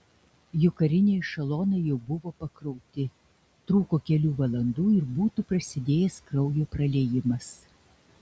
juk kariniai ešelonai jau buvo pakrauti trūko kelių valandų ir būtų prasidėjęs kraujo praliejimas